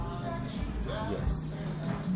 Yes